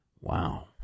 Wow